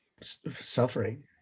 suffering